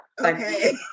Okay